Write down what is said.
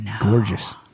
gorgeous